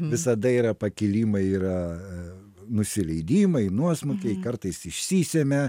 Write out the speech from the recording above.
visada yra pakilimai yra nusileidimai nuosmukiai kartais išsisemia